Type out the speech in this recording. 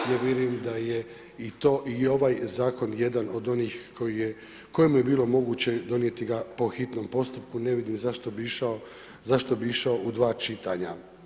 Ja vjerujem da je i to i ovaj zakon jedan od onih kojima je bilo moguće donijeti ga po hitnom postupku, ne vidim zašto bi išao u dva čitanja.